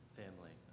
family